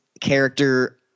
character